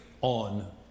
on